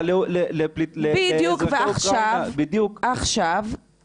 אף אחד לא יפריע לך --- אנחנו עושים את זה,